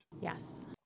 Yes